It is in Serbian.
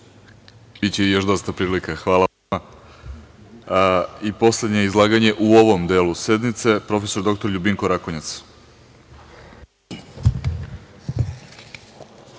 Biće još dosta prilika. Hvala. Poslednje izlaganje u ovom delu sednice, prof. dr Ljubinko Rakonjac.